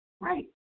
Right